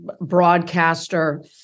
broadcaster